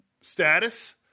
status